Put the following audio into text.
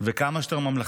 וכמה שיותר ממלכתי.